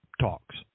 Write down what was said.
talks